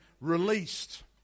released